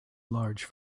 large